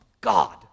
God